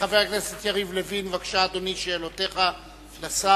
חבר הכנסת יריב לוין, בבקשה, אדוני, שאלותיך לשר.